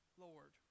Lord